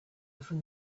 from